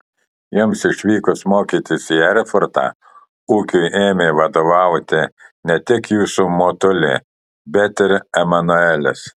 jums išvykus mokytis į erfurtą ūkiui ėmė vadovauti ne tik jūsų motulė bet ir emanuelis